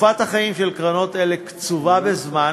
תקופת החיים של קרנות אלה קצובה בזמן